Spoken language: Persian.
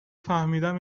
فهمیدم